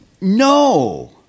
no